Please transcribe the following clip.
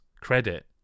credit